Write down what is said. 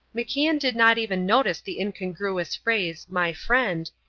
macian did not even notice the incongruous phrase my friend,